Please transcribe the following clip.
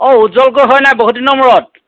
অ' উজ্জ্বল গগৈ হয়নে বহুত দিনৰ মূৰত